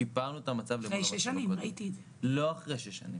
שיפרנו את המצב --- אחרי שש שנים.